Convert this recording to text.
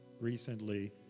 recently